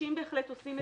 אנשים בהחלט עושים את זה.